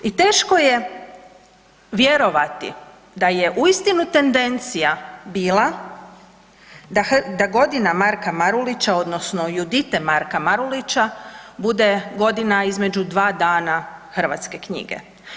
I teško je vjerovati da je uistinu tendencija bila da Godina Marka Marulića odnosno „Judite“ Marka Marulića bude godina između dva dana hrvatske knjige.